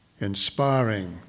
inspiring